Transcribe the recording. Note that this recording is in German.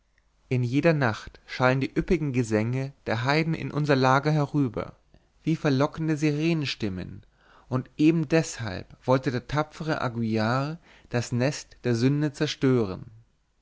in jeder nacht schallen die üppigen gesänge der heiden in unser lager herüber wie verlockende sirenenstimmen und eben deshalb wollte der tapfere aguillar das nest der sünde zerstören